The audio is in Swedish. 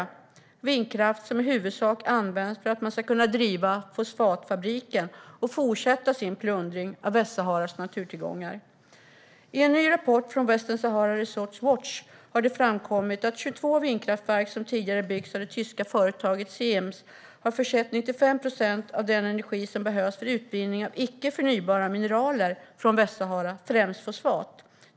Det är vindkraft som Marocko i huvudsak ska använda för att driva fosfatfabriken och fortsätta med sin plundring av Västsaharas naturtillgångar.I en ny rapport från Western Sahara Resource Watch framkommer det att 22 vindkraftverk som tidigare byggts av det tyska företaget Siemens har bidragit med 95 procent av den energi som behövs för utvinningen av icke förnybara mineraler från Västsahara, främst fosfat.